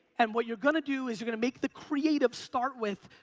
and what you're gonna do is you're gonna make the creatives start with,